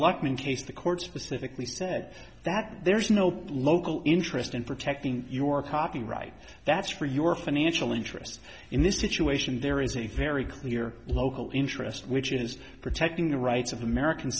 lockman case the court specifically said that there's no local interest in protecting your copyright that's for your financial interests in this situation there is a very clear local interest which is protecting the rights of american